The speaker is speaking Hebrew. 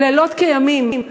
עושים לילות כימים.